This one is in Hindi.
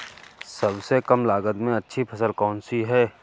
सबसे कम लागत में अच्छी फसल कौन सी है?